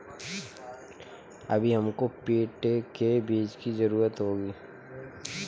अभी हमको पेठे के बीज की जरूरत होगी